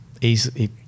easily